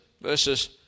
Verses